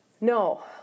No